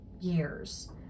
years